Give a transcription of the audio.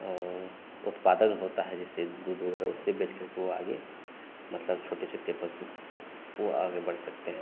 और उत्पादन होता है जैसे दूध वग़ैरह उसे बेचकर के वे आगे मतलब छोटे छोटे पशु वे आगे बढ़ सकते हैं